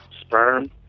sperm